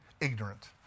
ignorant